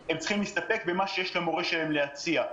הם צריכים להסתפק במה שיש למורה שלהם להציע.